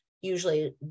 usually